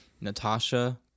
Natasha